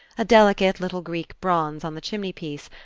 a delicate little greek bronze on the chimney-piece,